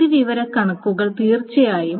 സ്ഥിതിവിവരക്കണക്കുകൾ തീർച്ചയായും